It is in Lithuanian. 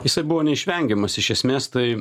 jisai buvo neišvengiamas iš esmės tai